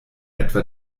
etwa